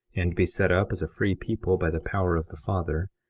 and be set up as a free people by the power of the father,